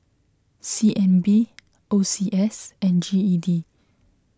C N B O C S and G E D